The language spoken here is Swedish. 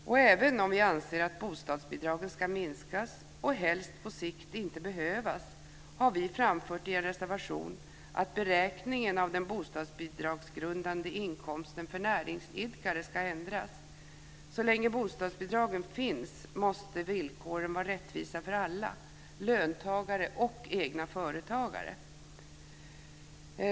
Och även om vi anser att bostadsbidragen ska minskas, och helst på sikt inte behövas, har vi framfört i en reservation att beräkningen av den bostadsbidragsgrundande inkomsten för näringsidkare ska ändras. Så länge bostadsbidragen finns måste villkoren vara rättvisa för alla - löntagare och egna företagare.